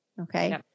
okay